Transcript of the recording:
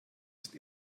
ist